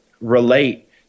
relate